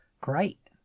great